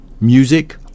music